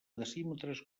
decímetres